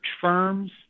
firms